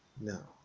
No